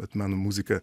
vat meno muzika